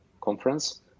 Conference